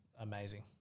amazing